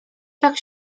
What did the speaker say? tak